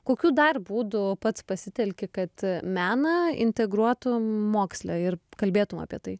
kokių dar būdų pats pasitelki kad meną integruotum moksle ir kalbėtum apie tai